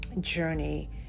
journey